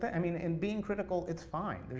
but i mean and being critical, it's fine.